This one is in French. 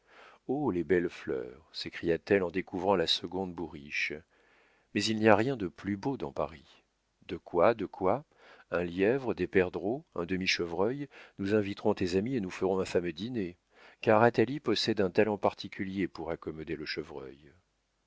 les belles fleurs s'écria-t-elle en découvrant la seconde bourriche mais il n'y a rien de plus beau dans paris de quoi de quoi un lièvre des perdreaux un demi chevreuil nous inviterons tes amis et nous ferons un fameux dîner car athalie possède un talent particulier pour accommoder le chevreuil